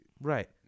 Right